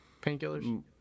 painkillers